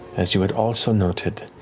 as you had also noted,